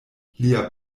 lia